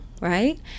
right